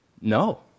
No